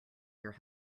your